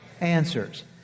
answers